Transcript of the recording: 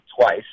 twice